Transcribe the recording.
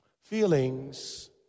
Feelings